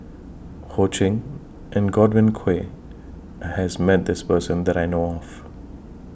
Ho Ching and Godwin Koay has Met This Person that I know of